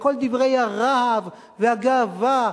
וכל דברי הרהב והגאווה,